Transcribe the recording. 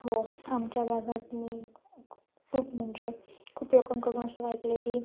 हो आमच्या भागात मी क् खूप म्हणजे खूप लोकांकडून असं ऐकलं आहे की